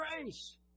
grace